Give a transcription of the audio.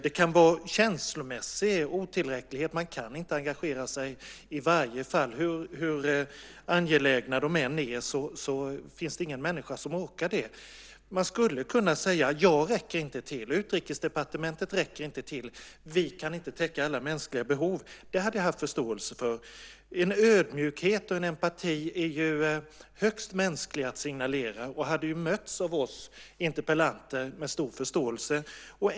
Det kan vara känslomässig otillräcklighet. Man kan inte engagera sig i alla fallen. Hur angelägna de än är finns det ingen människa som orkar det. Man skulle kunna säga: Jag räcker inte till, och Utrikesdepartementet räcker inte till. Vi kan inte täcka alla mänskliga behov. Det hade jag haft förståelse för. Ödmjukhet och empati är högst mänskligt att signalera och hade mötts av oss interpellanter med stor förståelse.